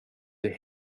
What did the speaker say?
till